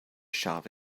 shop